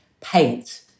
paint